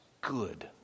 good